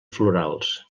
florals